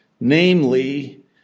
namely